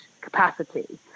capacity